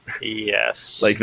Yes